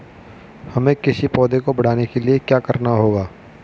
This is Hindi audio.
हमें किसी पौधे को बढ़ाने के लिये क्या करना होगा?